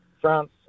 France